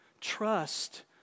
trust